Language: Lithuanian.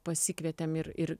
pasikvietėm ir ir